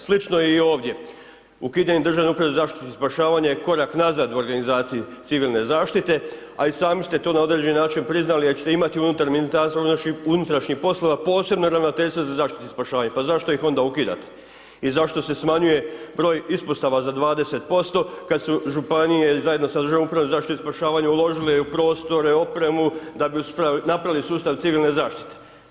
Slično je i ovdje, ukidanje Državne uprave za zaštitu i spašavanje je korak nazad u organizaciji civilne zaštite, a i samo ste to na određeni način priznali jer ćete imati unutar MUP-a posebno ravnateljstvo za zaštitu i spašavanje, pa zašto ih onda ukidate i zašto se smanjuje broj ispostava za 20% kad su županije zajedno sa Državnom upravom za zaštitu i spašavanje uložile u prostore, opremu da bi napravili sustav civilne zaštite.